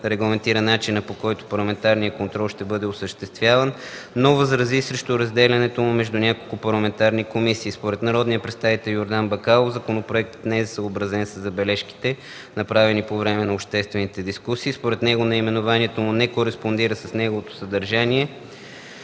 регламентира начина, по който парламентарният контрол ще бъде осъществяван, но възрази срещу разделянето му между няколко парламентарни комисии. Според народния представител Йордан Бакалов законопроектът не е съобразен със забележките, направени по време на обществените дискусии. Според него наименованието му не кореспондира с неговото съдържание,